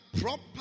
proper